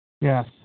Yes